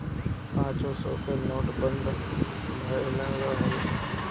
पांचो सौ के नोट बंद भएल रहल